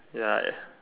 ya